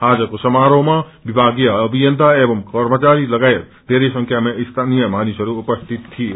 आजको समारोहमा विभागीय अभियन्ता एवं कर्मचारी लगायत धेरै संख्यामा स्थानीय मानिसहरू उपसित थिए